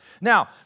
Now